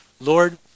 Lord